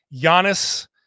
Giannis